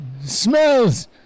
Smells